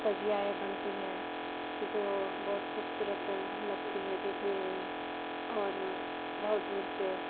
تعزیے بنتی ہے جو بہت خوبصورت لگتی ہے دیکھنے میں اور بہت دور سے